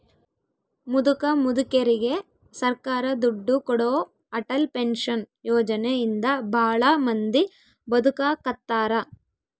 ಮುದುಕ ಮುದುಕೆರಿಗೆ ಸರ್ಕಾರ ದುಡ್ಡು ಕೊಡೋ ಅಟಲ್ ಪೆನ್ಶನ್ ಯೋಜನೆ ಇಂದ ಭಾಳ ಮಂದಿ ಬದುಕಾಕತ್ತಾರ